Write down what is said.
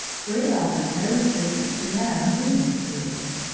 for it offers no resistance to matter moving through it.